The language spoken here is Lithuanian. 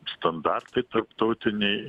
standartai tarptautiniai